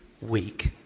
week